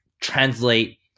translate